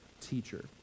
teacher